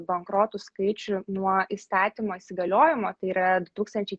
bankrotų skaičių nuo įstatymo įsigaliojimo tai yra du tūkstančiai